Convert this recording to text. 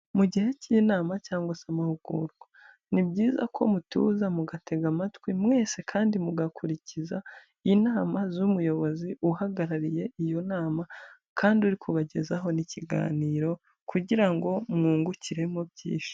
Mu gihe cy'inama cyangwa se amahugurwa, ni byiza ko mutuza mugatega amatwi mwese kandi mugakurikiza inama z'umuyobozi uhagarariye iyo nama kandi uri kubagezaho ni ikiganiro, kugira ngo mwungukiremo byinshi.